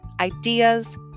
ideas